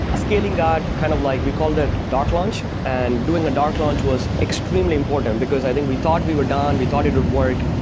scaling that kind of like, we call that dark launch, and doing a dark launch was extremely important, because i think we thought we were done. we thought it would work,